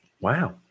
Wow